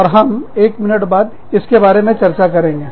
और हम 1 मिनट इसके बारे में चर्चा करेंगे